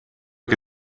che